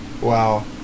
Wow